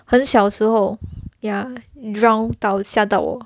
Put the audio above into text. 很小时候 ya drowned 到吓到我